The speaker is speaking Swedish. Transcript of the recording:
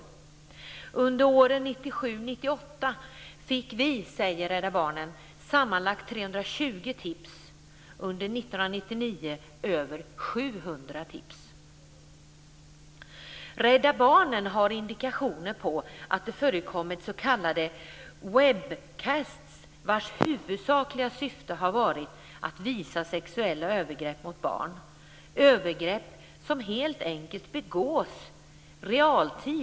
Rädda Barnen säger: Under åren 1997 och 1998 fick vi sammanlagt 320 tips, under 1999 över 700 tips. Rädda Barnen har indikationer på att det har förekommit s.k. webcasts vars huvudsakliga syfte har varit att visa sexuella övergrepp mot barn. Det är övergrepp som helt enkelt visas i realtid.